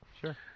Sure